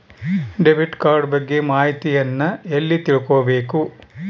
Debit card ಬಗ್ಗೆ ಮಾಹಿತಿಯನ್ನ ಎಲ್ಲಿ ತಿಳ್ಕೊಬೇಕು?